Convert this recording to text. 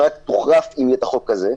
שרק תוחרף אם יהיה את החוק הזה,